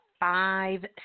Five